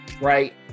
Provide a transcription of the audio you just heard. right